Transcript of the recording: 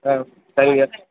ஆ சரிங்க